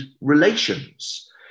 relations